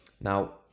Now